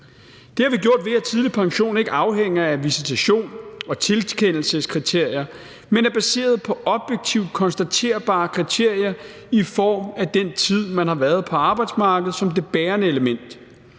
Det har vi gjort, ved at tidlig pension ikke afhænger af visitation og tilkendelseskriterier, men er baseret på objektivt konstaterbare kriterier i form af den tid, man har været på arbejdsmarkedet, som det bærende element.